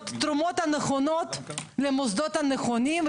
את התרומות הנכונות למוסדות הנכונים,